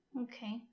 okay